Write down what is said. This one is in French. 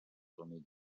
tourner